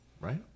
right